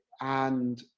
and,